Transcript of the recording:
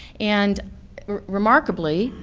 and remarkably,